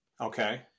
Okay